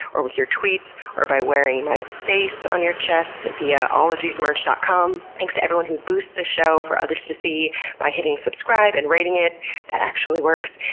or with your tweets, or by wearing my face on your chest via ologiesmerch dot com. thanks to everyone who boots the show for others to see by hitting subscribe and rating it that actually works.